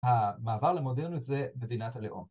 ‫המעבר למודרניות זה מדינת הלאום.